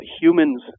humans